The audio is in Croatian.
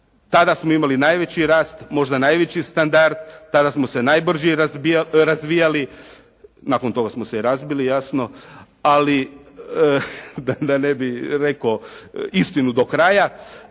Tada smo imali najveći rast, možda najveći standard. Tada smo se najbrže razvijali, nakon toga smo se i razbili jasno. Ali da ne bih rekao istinu do kraja.